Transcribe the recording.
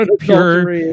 pure